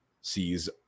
Sees